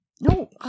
No